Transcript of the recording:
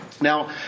Now